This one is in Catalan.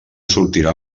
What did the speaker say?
sortirà